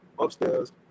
upstairs